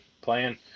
Playing